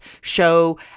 show